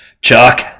Chuck